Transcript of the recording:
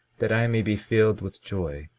that i may be filled with joy,